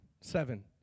seven